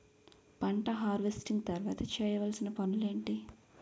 పంట హార్వెస్టింగ్ తర్వాత చేయవలసిన పనులు ఏంటి?